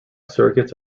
circuits